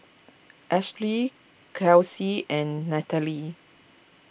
Ashely Kelsie and Natalie